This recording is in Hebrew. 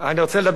ואני אתחיל,